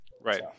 Right